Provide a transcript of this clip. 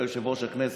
אתה יושב-ראש הכנסת,